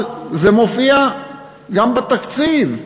אבל זה מופיע גם בתקציב.